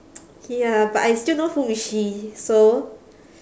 ya but I still know who is she so